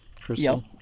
crystal